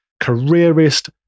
careerist